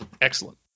Excellent